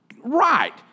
Right